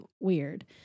weird